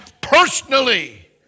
personally